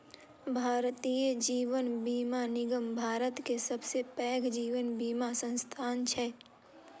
भारतीय जीवन बीमा निगम भारत के सबसे पैघ जीवन बीमा संस्थान छै